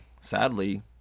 sadly